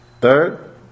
Third